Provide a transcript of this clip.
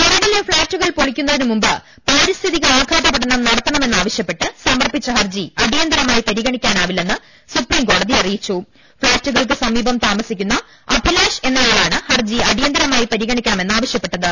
മരടിലെ ഫ്ളാറ്റകൾ പൊളിക്കുന്നതിന് മുമ്പ് പാരിസ്ഥിതിക ആഘാതപഠനം നടത്തണമെന്നാവശ്യപ്പെട്ട് സമർപ്പിച്ച ഹർജി അടി യന്തരമായി പരിഗണിക്കാനാവില്ലെന്ന് സുപ്രീംകോടതി അറിയി ച്ചും ഫ്ളാറ്റുകൾക്ക് സമീപം താമസിക്കുന്ന അഭിലാഷ് എന്നയാ ളാണ് ഹർജി അടിയന്തരമായി പരിഗണിക്കണമെന്നാവശ്യപ്പെട്ടത്